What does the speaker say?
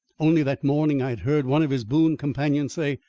only that morning i had heard one of his boon companions say,